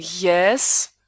yes